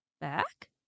back